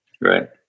Right